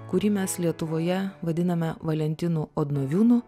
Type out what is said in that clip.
kurį mes lietuvoje vadiname valentinu odnoviūnu